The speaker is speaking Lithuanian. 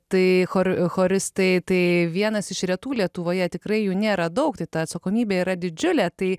tai chor choristai tai vienas iš retų lietuvoje tikrai jų nėra daug tai ta atsakomybė yra didžiulė tai